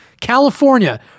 California